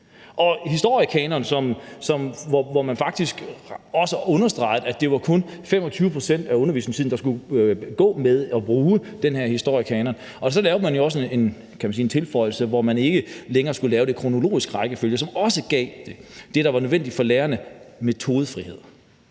til historiekanonen understregede man faktisk også, at det kun var 25 pct. af undervisningstiden, der skulle gå med at bruge den her historiekanon, og så lavede man jo også en tilføjelse, så man ikke længere skulle lave det i kronologisk rækkefølge, hvilket også gav det, der var nødvendigt for lærerne: metodefrihed.